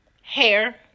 hair